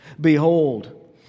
Behold